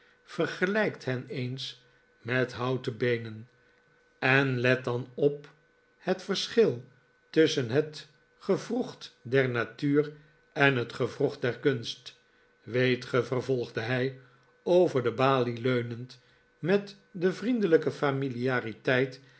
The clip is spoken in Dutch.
vergelijkt hen eens met houten beenen en let dan op het verschil tusschen het gewrocht der natuur en het gewrocht der kunst weet ge vervolgde hij over de balie leunend met de vriendelijke